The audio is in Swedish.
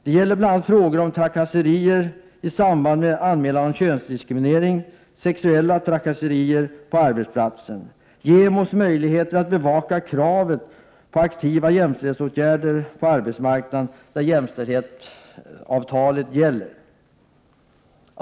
Det gäller bl.a. frågor om trakasserier i samband med anmälan om könsdiskriminering, sexuella trakasserier på arbetsplatsen och JämO:s möjligheter att bevaka kravet på aktiva jämställdhetsåtgärder på arbetsmarknaden, där jämställdhetsavtal gäller.